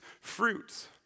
fruits